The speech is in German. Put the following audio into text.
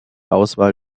auswahl